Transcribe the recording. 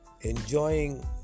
enjoying